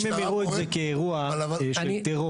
אם הם יראו את זה כאירוע של טרור,